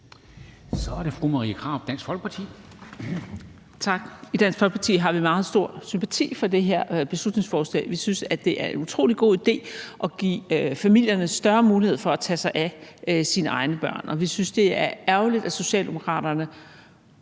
Kl. 10:54 Marie Krarup (DF): Tak. I Dansk Folkeparti har vi meget stor sympati for det her beslutningsforslag. Vi synes, det er en utrolig god idé at give familierne større mulighed for at tage sig af sine egne børn, og vi synes, det er ærgerligt, at Socialdemokraterne